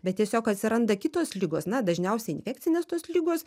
bet tiesiog atsiranda kitos ligos na dažniausiai infekcinės tos tos ligos